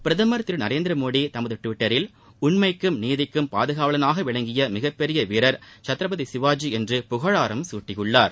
பிரதமர் திரு நரேந்திர மோடி தனது டுவிட்டரில் உண்மைக்கும் நீதிக்கும் பாதுகாவலனாக விளங்கிய மிகப்பெரிய வீரர் சத்ரபதி சிவாஜி என்று புகழாரம் சூட்டியுள்ளார்